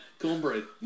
Cornbread